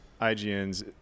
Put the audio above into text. IGN's